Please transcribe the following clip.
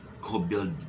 co-build